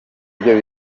nibyo